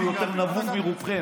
שהוא יותר נבוב מרובכם.